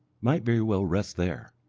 might very well rest there.